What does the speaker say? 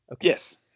Yes